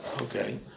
okay